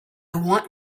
want